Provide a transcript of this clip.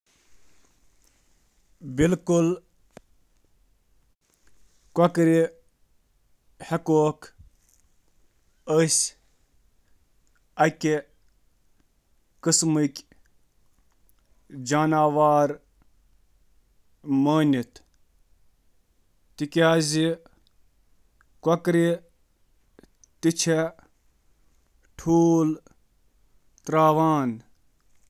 آ، مرغ چھِ اکہِ قٕسمُک جاناوار مانٛنہٕ یِوان تِکیازِ مرغ چھِ نسبتاً بٔڑۍ، گول جسمہٕ وٲلۍ جاناوار آسان یمن زِیٛادٕ تر نسلن منٛز لۄکٕٹۍ پَکھ تہٕ پَکھہٕ وٲلۍ زنٛگہٕ چھِ آسان۔